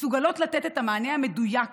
מסוגלות לתת את המענה המדויק